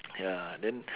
ya then